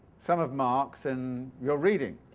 some of marx in your reading.